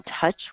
touch